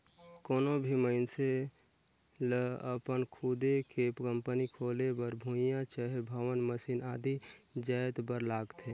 कोनो भी मइनसे लअपन खुदे के कंपनी खोले बर भुंइयां चहे भवन, मसीन आदि जाएत बर लागथे